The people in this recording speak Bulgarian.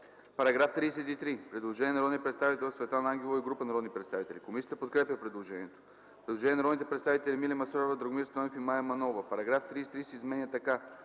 По § 33 има предложение от народните представители Светлана Ангелова и група народни представители. Комисията подкрепя предложението. Предложение от народните представители Емилия Масларова, Драгомир Стойнев и Мая Манолова: „Параграф 33 се изменя така: